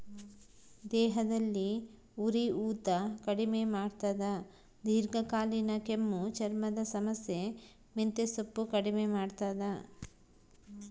ದೇಹದಲ್ಲಿ ಉರಿಯೂತ ಕಡಿಮೆ ಮಾಡ್ತಾದ ದೀರ್ಘಕಾಲೀನ ಕೆಮ್ಮು ಚರ್ಮದ ಸಮಸ್ಯೆ ಮೆಂತೆಸೊಪ್ಪು ಕಡಿಮೆ ಮಾಡ್ತಾದ